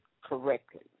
correctly